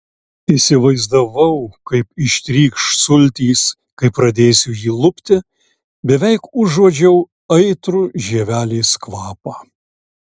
įsivaizdavau kaip ištrykš sultys kai pradėsiu jį lupti beveik užuodžiau aitrų žievelės kvapą